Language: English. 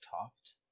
talked